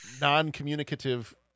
non-communicative